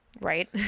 Right